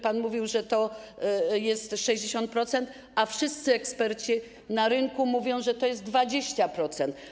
Pan mówił, że to jest 60%, a wszyscy eksperci na rynku mówią, że to jest 20%.